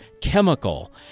chemical